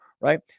right